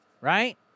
right